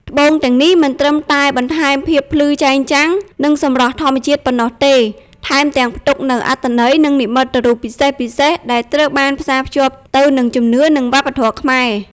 ត្បូងទាំងនេះមិនត្រឹមតែបន្ថែមភាពភ្លឺចែងចាំង និងសម្រស់ធម្មជាតិប៉ុណ្ណោះទេ ថែមទាំងផ្ទុកនូវអត្ថន័យ និងនិមិត្តរូបពិសេសៗ ដែលត្រូវបានផ្សារភ្ជាប់ទៅនឹងជំនឿ និងវប្បធម៌ខ្មែរ។